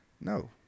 No